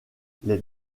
les